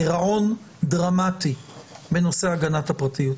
גירעון דרמטי בנושא הגנת הפרטיות.